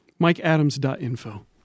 Mikeadams.info